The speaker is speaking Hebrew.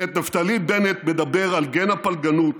את נפתלי בנט מדבר על גן הפלגנות